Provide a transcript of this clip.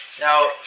Now